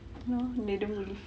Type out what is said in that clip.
no they don't believe